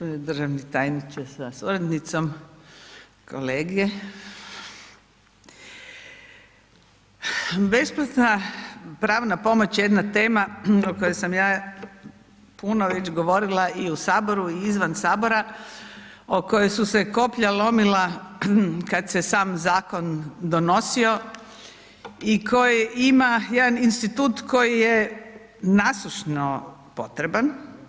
Državni tajniče sa suradnicom, kolege, besplatna pravna pomoć je jedna tema o kojoj sam ja puno već govorila i u Saboru i izvan Sabora o kojoj su se koplja lomila kada se sam zakonom donosio i koji ima jedan institut koji je nasušno potreban.